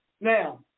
Now